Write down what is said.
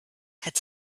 had